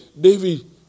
David